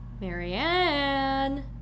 Marianne